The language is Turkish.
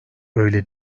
öyle